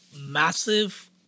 massive